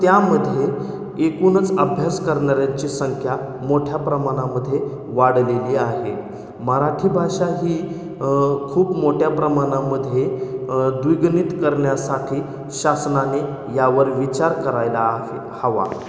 त्यामध्ये एकूूणच अभ्यास करणाऱ्यांची संख्या मोठ्या प्रमाणामध्ये वाढलेली आहे मराठी भाषा ही खूप मोठ्या प्रमाणामध्ये द्विगुणित करण्यासाठी शासनाने यावर विचार करायला आहे हवा